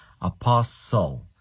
apostle